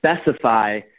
specify